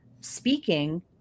speaking